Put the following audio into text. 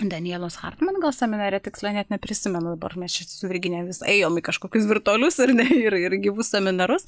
danielos hartman gal seminare tiksliai net neprisimenu dabar mes čia su virginija vis ėjom į kažkokius virtualius ar ne ir ir gyvus seminarus